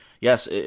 yes